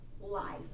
life